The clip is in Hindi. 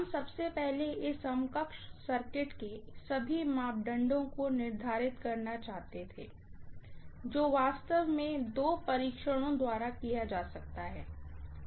हम सबसे पहले इस समकक्ष सर्किट के सभी मापदंडों को निर्धारित करना चाहते थे जो वास्तव में दो परीक्षणों द्वारा किया जा सकता है